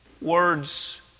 words